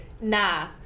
nah